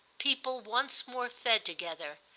people once more fed together,